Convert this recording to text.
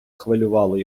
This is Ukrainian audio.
хвилювало